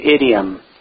idiom